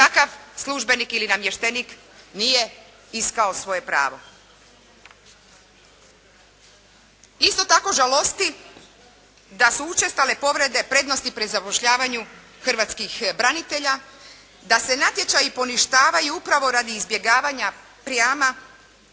takav službenik ili namještenik nije iskao svoje pravo. Isto tako žalosti da su učestale povrede prednosti pri zapošljavanju hrvatskih branitelja, da se natječaji poništavaju upravo radi izbjegavanja prijama